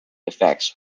effects